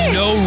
no